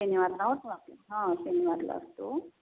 शनिवारला हा शनिवारला असतो